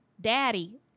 daddy